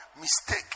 Mistake